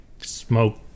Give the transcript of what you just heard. smoke